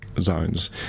zones